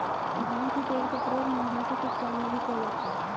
भांग के तेल का प्रयोग मुहासे के उपचार में भी किया जाता है